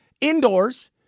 Indoors